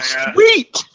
sweet